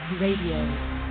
Radio